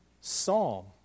psalm